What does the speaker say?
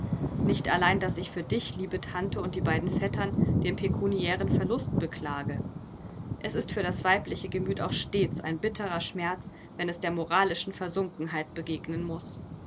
nicht allein daß ich für dich liebe tante und die beiden vettern den pekuniären verlust beklage es ist für das weibliche gemüt auch stets ein bitterer schmerz wenn es der moralischen versunkenheit begegnen muß